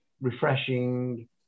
refreshing